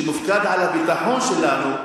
שמופקד על הביטחון שלנו,